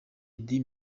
eddie